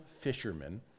fishermen